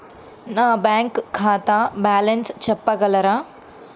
నా బ్యాంక్ ఖాతా బ్యాలెన్స్ చెప్పగలరా?